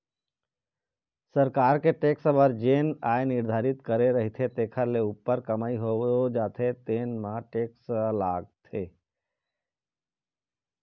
सरकार के टेक्स बर जेन आय निरधारति करे रहिथे तेखर ले उप्पर कमई हो जाथे तेन म टेक्स लागथे